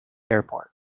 airport